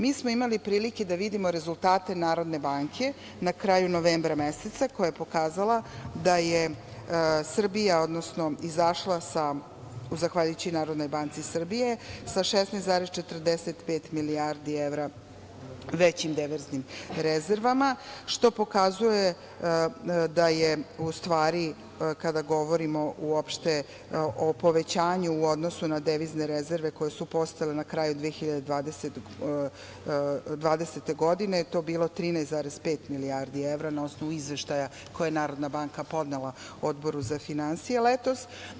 Mi smo imali prilike da vidimo rezultate NBS na kraju novembra meseca koja je pokazala da je Srbija izašla sa, zahvaljujući NBS, 16,45 milijardi evra većim deviznim rezervama, što pokazuje da je, kada govorimo o povećanju u odnosu na devizne rezerve koje su postojale na kraju 2020. godine, to bilo 13,5 milijardi evra na osnovu izveštaja koji je NBS podnela Odboru za finansije letos.